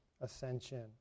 ascension